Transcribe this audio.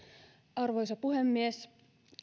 arvoisa puhemies